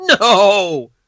no